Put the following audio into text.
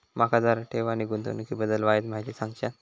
माका जरा ठेव आणि गुंतवणूकी बद्दल वायचं माहिती सांगशात?